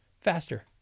faster